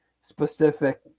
specific